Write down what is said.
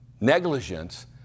negligence